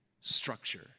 Structure